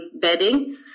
bedding